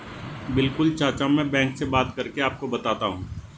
बिल्कुल चाचा में बैंक से बात करके आपको बताता हूं